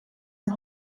and